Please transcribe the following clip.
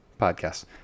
podcasts